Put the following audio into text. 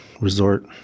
resort